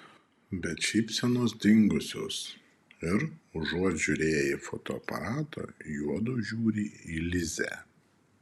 bet šypsenos dingusios ir užuot žiūrėję į fotoaparatą juodu žiūri į lizę